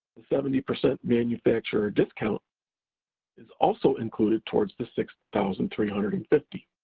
seventy percent manufacturer discount is also included towards the six thousand three hundred and fifty